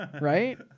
Right